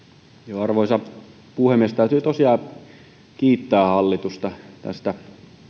arvoisa puhemies täytyy tosiaan kiittää hallitusta tästä